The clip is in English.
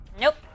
Nope